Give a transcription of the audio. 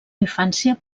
infància